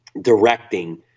directing